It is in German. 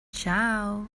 ciao